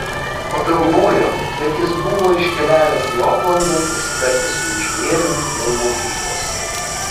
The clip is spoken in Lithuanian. pagalvojo bet jis buvo iškeliavęs į oklandą pasitarti su inžinieriumi dėl maudyklos